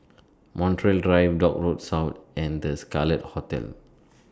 Montreal Drive Dock Road South and The Scarlet Hotel